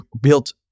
built